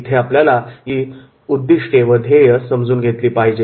येथे आपल्याला या विशिष्ट कंपनीची उद्दिष्टे व ध्येय समजून घेतली पाहिजे